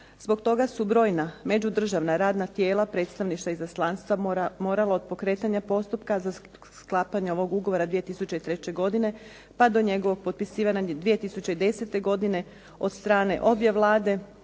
Zbog toga su brojna međudržavna radna tijela predstavništva izaslanstva morala od pokretanja postupka za sklapanje ovog Ugovora 2003. godine pa do njegovog potpisivanja 2010. godine od strane obje Vlade